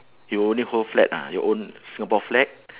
you only hold flag ah your own singapore flag